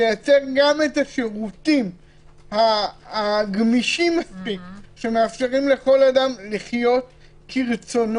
תייצר גם את השירותים הגמישים מספיק שמאפשרים לכל אדם לחיות כרצונו,